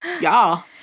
Y'all